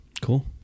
Cool